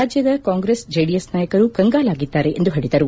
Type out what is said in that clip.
ರಾಜ್ಯದ ಕಾಂಗ್ರೆಸ್ ಜೆಡಿಎಸ್ ನಾಯಕರು ಕಂಗಾಲಾಗಿದ್ದಾರೆ ಎಂದು ಹೇಳಿದರು